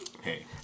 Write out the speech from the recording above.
Hey